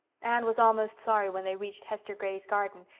anne was almost sorry when they reached hester gray's garden,